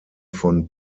von